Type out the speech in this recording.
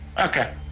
Okay